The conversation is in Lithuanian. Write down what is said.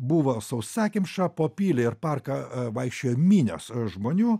buvo sausakimša po pilį ir parką vaikščiojo minios žmonių